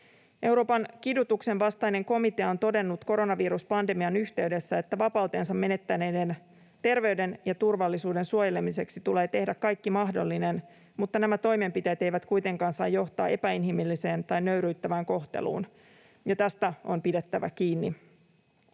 Euroopan kidutuksen vastainen komitea on todennut koronaviruspandemian yhteydessä, että vapautensa menettäneiden terveyden ja turvallisuuden suojelemiseksi tulee tehdä kaikki mahdollinen mutta nämä toimenpiteet eivät kuitenkaan saa johtaa epäinhimilliseen tai nöyryyttävään kohteluun, ja tästä on pidettävä kiinni.